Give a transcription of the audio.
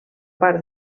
part